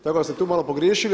Tako da ste tu malo pogriješili.